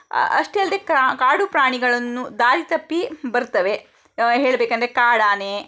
ಅಷ್ಟೇ ಅಲ್ಲದೆ ಕಾ ಕಾಡು ಪ್ರಾಣಿಗಳನ್ನು ದಾರಿ ತಪ್ಪಿ ಬರ್ತವೆ ಹೇಳಬೇಕಂದ್ರೆ ಕಾಡಾನೆ